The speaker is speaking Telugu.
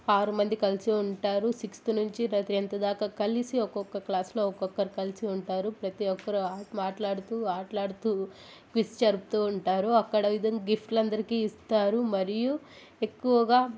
ఆరు మంది కలిసి ఉంటారు సిక్స్త్ నుంచి టెంత్ దాకా కలిసి ఒక్కొక్క క్లాస్లో ఒక్కొక్కరు కలిసి ఉంటారు ప్రతి ఒక్కరు మాట్లాడుతూ ఆట్లాడుతూ క్విజ్ జరుపుతూ ఉంటారు అక్కడ ఇదా గిఫ్ట్స్ అందరికి ఇస్తారు మరియు ఎక్కువగా